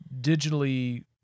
digitally